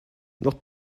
not